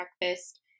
breakfast